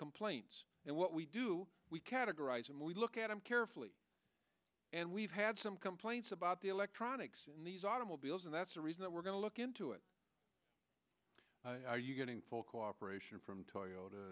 complaints and what we do we categorize them we look at them carefully and we've had some complaints about the electronics in these automobiles and that's a reason that we're going to look into it are you getting full cooperation from toyota